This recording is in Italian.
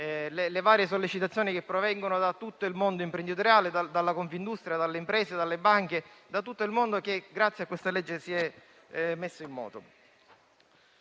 le varie sollecitazioni che provengono da tutto il mondo imprenditoriale: Confindustria, imprese, banche, tutto il mondo che, grazie a questa legge, si è messo in moto.